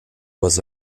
was